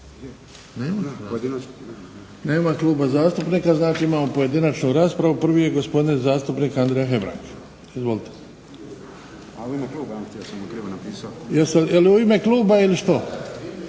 Nema kluba zastupnika. Znači imamo pojedinačnu raspravu. Prvi je gospodin zastupnik Andrija Hebrang, izvolite. Je li u ime kluba ili što?